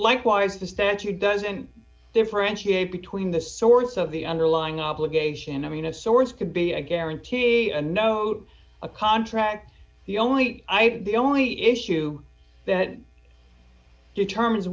likewise the statute doesn't differentiate between the source of the underlying obligation i mean a source could be a guarantee a note a contract the only the only issue that determines